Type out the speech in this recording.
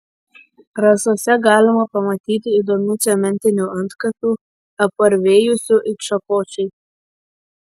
rasose galima pamatyti įdomių cementinių antkapių apvarvėjusių it šakočiai